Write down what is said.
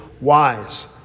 wise